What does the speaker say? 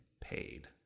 paid